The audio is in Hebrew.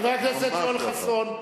חבר הכנסת יואל חסון.